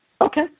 Okay